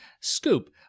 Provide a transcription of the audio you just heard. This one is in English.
Scoop